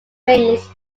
wings